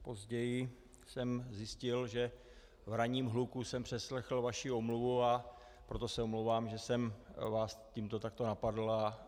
Později jsem zjistil, že v ranním hluku jsem přeslechl vaši omluvu, a proto se omlouvám, že jsem vás tímto takto napadl.